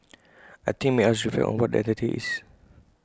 I think IT made us reflect on what that identity is